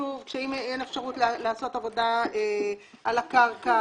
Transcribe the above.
כתוב שאם אין אפשרות לעשות עבודה על הקרקע